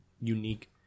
unique